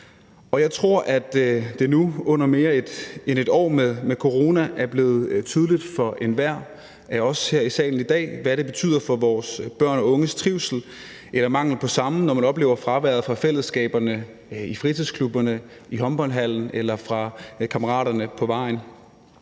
jeg tror, at det nu med mere end et år med corona er blevet tydeligt for enhver af os her i salen i dag, hvad det betyder for vores børn og unges trivsel eller mangel på samme, når man oplever fraværet af fællesskaberne i fritidsklubberne, i håndboldhallen eller af kammeraterne på vejen.